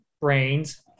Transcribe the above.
Brains